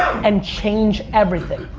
and change everything,